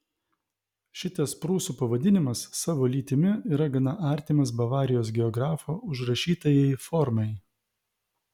šitas prūsų pavadinimas savo lytimi yra gana artimas bavarijos geografo užrašytajai formai